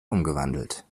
umgewandelt